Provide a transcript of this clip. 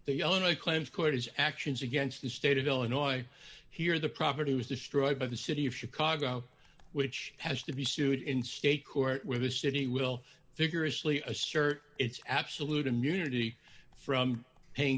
the only claims court is actions against the state of illinois here the property was destroyed by the city of chicago which has to be sued in state court when the city will figure asli assert its absolute immunity from paying